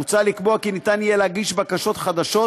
מוצע לקבוע כי ניתן יהיה להגיש בקשות חדשות